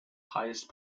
highest